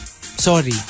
sorry